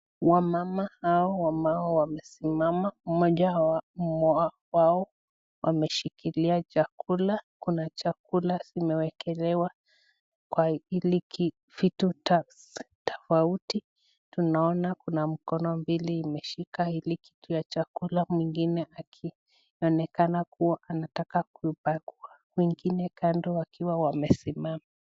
Wamama hawo ambao wamesimama. Mmoja wao ameshikilia chakula. Kuna chakula simewekelewa kwa hili vitu tofauti. Tunaona mkono mbili imeshika hili kitio ya chakula mwingine akionekana kuwa anataka kuipakua mwingine kando wakiwa wamesimama.